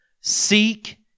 seek